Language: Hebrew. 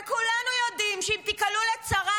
וכולנו יודעים שאם תיקלעו לצרה,